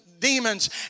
demons